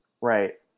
right